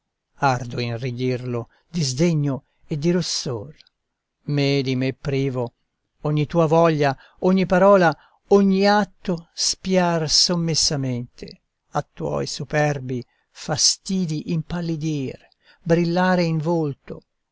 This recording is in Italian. e di rossor me di me privo ogni tua voglia ogni parola ogni atto spiar sommessamente a tuoi superbi fastidi impallidir brillare in volto